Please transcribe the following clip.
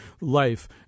life